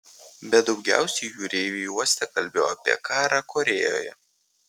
bet daugiausiai jūreiviai uoste kalbėjo apie karą korėjoje